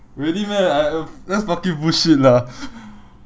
really meh I that's fucking bullshit lah